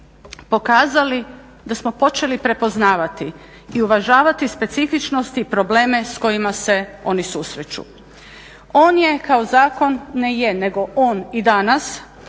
pokazali da smo počeli prepoznavati i uvažavati specifičnosti i probleme s kojima se oni susreću. On je kao zakon ne je, nego on i danas